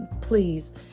Please